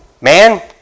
Man